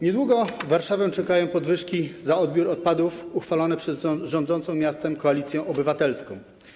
Niedługo Warszawę czekają podwyżki za odbiór odpadów uchwalone przez rządzącą miastem Koalicję Obywatelską.